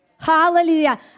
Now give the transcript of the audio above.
Hallelujah